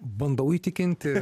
bandau įtikinti